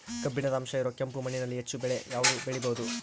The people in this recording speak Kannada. ಕಬ್ಬಿಣದ ಅಂಶ ಇರೋ ಕೆಂಪು ಮಣ್ಣಿನಲ್ಲಿ ಹೆಚ್ಚು ಬೆಳೆ ಯಾವುದು ಬೆಳಿಬೋದು?